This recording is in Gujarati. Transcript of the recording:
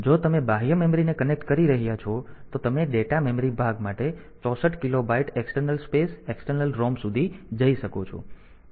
જો તમે બાહ્ય મેમરીને કનેક્ટ કરી રહ્યાં છો તો તમે ડેટા મેમરી ભાગ માટે 64 kilobyte external space external ROM સુધી જઈ શકો છો